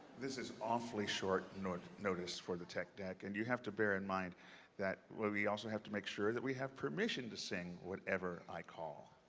this is awfully short notice notice for the tech deck, and you have to bear in mind that we also have to make sure that we have permission to sing whatever i call.